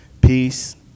peace